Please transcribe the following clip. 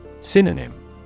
Synonym